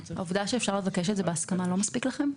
העובדה שאפשר לבקש את זה בהסכמה לא מספיקה לכם?